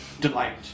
delight